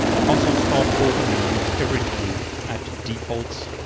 console start port, i'm gonna leave everything at defaults.